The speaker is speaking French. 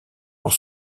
pour